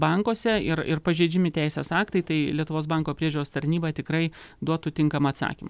bankuose ir ir pažeidžiami teisės aktai tai lietuvos banko priežiūros tarnyba tikrai duotų tinkamą atsakymą